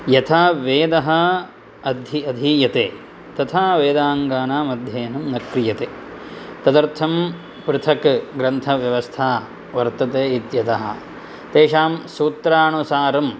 यथा वेदः अधीयते तथा वेदाङ्गानाम् अध्ययनं न क्रियते तदर्थं पृथक् ग्रन्थव्यवस्था वर्तते इत्यतः तेषां सूत्रानुसारं